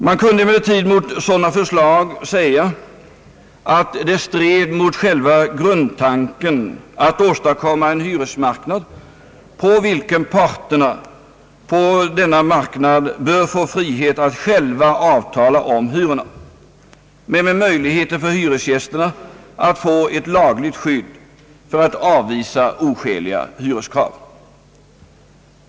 När det gäller sådana förslag kunde man emellertid säga att de stred mot själva grundtanken att åstadkomma en hyresmarknad där parterna har frihet att själva avtala om hyrorna, men med möjligheter för hyresgästerna att få ett lagligt skydd för att avvisa oskäliga hyreskrav.